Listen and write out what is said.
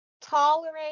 tolerate